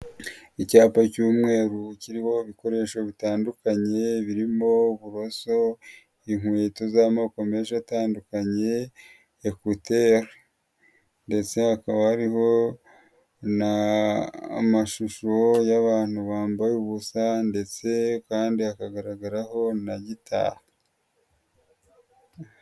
Icyapa cy'umweru kiriho ibikoresho bitandukanye birimo uburoso, inkweto z'amoko menshi atandukanye, ekuteri ndetse hakaba hariho n'amashusho y'abantu bambaye ubusa ndetse kandi hakagaragaraho na gitari.